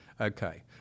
Okay